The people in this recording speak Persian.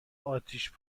اتیش